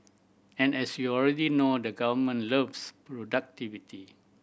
and as you already know the government loves productivity